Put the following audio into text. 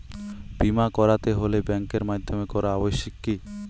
বিমা করাতে হলে ব্যাঙ্কের মাধ্যমে করা আবশ্যিক কি?